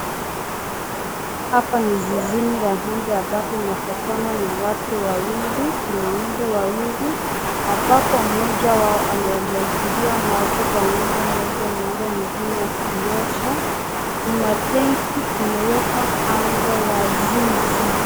Hapa ni zizini la ng'ombe ambapo unapatana na watu wawili, kuna ng'ombe wawili ambapo mmoja wao anayemwagilia maji kwa ng'ombe mmoja na yule mwingine akiiosha, kuna tenki imewekwa kando ya zizi.